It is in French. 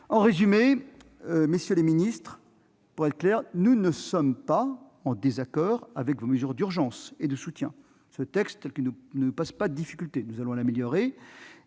En résumé, messieurs les ministres, nous ne sommes pas en désaccord avec vos mesures d'urgence et de soutien. Ce texte ne nous pose pas de difficultés, même si nous souhaitons l'améliorer.